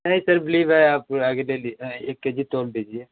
नहीं तकलीफ़ है आप आगे ले ली एक के जी तोल दीजिए